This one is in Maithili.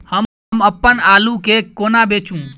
हम अप्पन आलु केँ कोना बेचू?